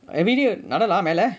everyday நட:nada lah மேல:maelae